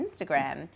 Instagram